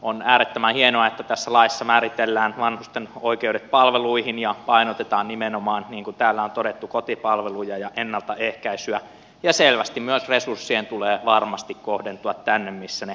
on äärettömän hienoa että tässä laissa määritellään vanhusten oikeudet palveluihin ja painotetaan nimenomaan niin kuin täällä on todettu kotipalveluja ja ennaltaehkäisyä ja selvästi myös resurssien tulee varmasti kohdentua tänne missä ne eniten vaikuttavat